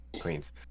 queens